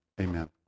amen